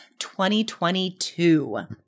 2022